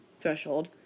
threshold